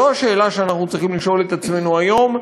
זו השאלה שאנחנו צריכים לשאול את עצמנו היום.